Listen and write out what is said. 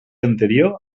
anterior